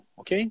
ok